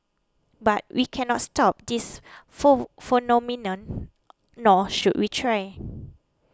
but we cannot stop this for phenomenon nor should we try